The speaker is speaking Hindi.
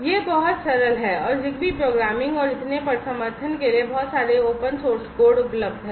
यह बहुत सरल है ZigBee प्रोग्रामिंग और इनके समर्थन के लिए बहुत सारे ओपन सोर्स कोड उपलब्ध हैं